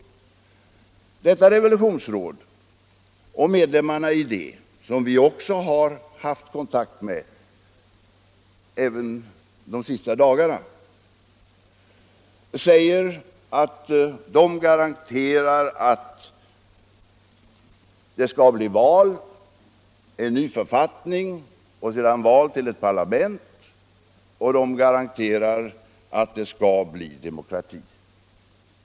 Medlemmarna i detta revolutionsråd som vi också har haft kontakt med — även under de senaste dagarna — säger att de garanterar att det skall bli val, en ny författning och sedan val till ett parlament. De garanterar att det skall bli demokrati.